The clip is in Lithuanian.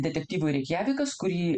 detektyvui reikjavikas kurį